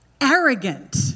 arrogant